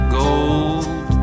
gold